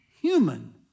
human